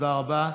תודה רבה,